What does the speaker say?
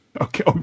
Okay